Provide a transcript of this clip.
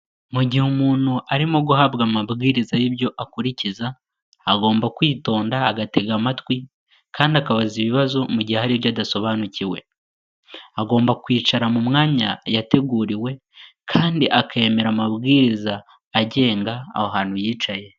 Mu gihe umuntu arimo guhabwa amabwiriza y'ibyo akurikiza, agomba kwitonda agatega amatwi kandi akabaza ibibazo mu gihe hari ibyo adasobanukiwe, agomba kwicara mu mwanya yateguriwe kandi akemera amabwiriza agenga aho hantu yicaye.